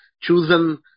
chosen